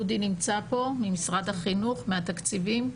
דודי נמצא פה ממשרד החינוך, מהתקציבים.